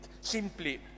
simply